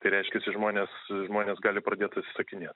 tai reiškiasi žmonės žmonės gali pradėt atsisakinėt